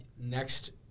next